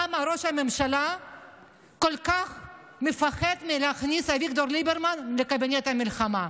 למה ראש הממשלה כל כך מפחד מלהכניס אביגדור ליברמן לקבינט המלחמה.